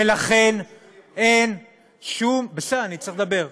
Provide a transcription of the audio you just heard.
ולכן אין שום, בסדר, אני צריך לדבר.